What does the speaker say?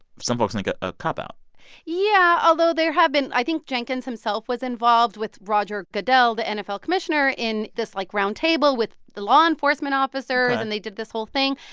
some folks think ah a cop-out yeah. although, there have been i think jenkins himself was involved with roger goodell, the nfl commissioner, in this, like, roundtable with the law enforcement officers ok and they did this whole thing.